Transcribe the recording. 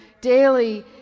daily